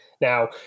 Now